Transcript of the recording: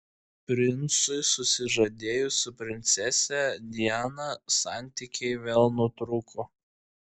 princui susižadėjus su princese diana santykiai vėl nutrūko